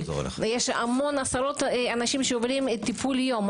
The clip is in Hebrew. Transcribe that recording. יש המון עשרות של אנשים שעוברים טיפול יום,